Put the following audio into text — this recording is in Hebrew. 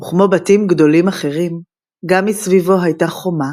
וכמו בתים גדולים אחרים, גם מסביבו היתה חומה